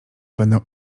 będę